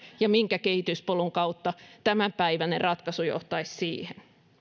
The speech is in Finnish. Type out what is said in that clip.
ja minkä kehityspolun kautta tämänpäiväinen ratkaisu johtaisi siihen